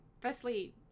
Firstly